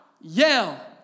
yell